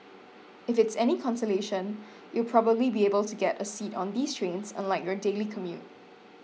if it's any consolation you'll probably be able to get a seat on these trains unlike your daily commute